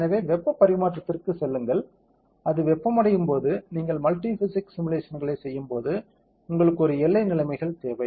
எனவே வெப்ப பரிமாற்றத்திற்குச் செல்லுங்கள் அது வெப்பமடையும் போது நீங்கள் மல்டி பிசிக்ஸ் சிமுலேஷன்ஸ்களைச் செய்யும்போது உங்களுக்கு ஒரு எல்லை நிலைமைகள் தேவை